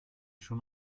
schon